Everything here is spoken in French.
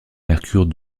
mercure